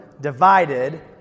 divided